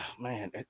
man